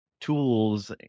tools